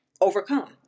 overcome